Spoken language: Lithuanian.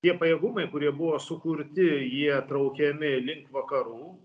tie pajėgumai kurie buvo sukurti jie traukiami link vakarų